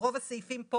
ורוב הסעיפים פה